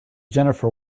jennifer